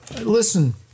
listen